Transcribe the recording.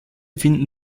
finden